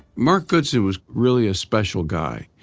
mark goodson was really a special guy.